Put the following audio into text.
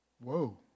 Whoa